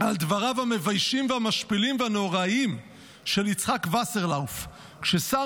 על דבריו המביישים והמשפילים והנוראיים של יצחק וסרלאוף --- כששר